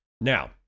Now